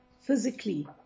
physically